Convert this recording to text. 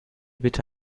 bitte